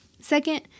second